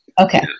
Okay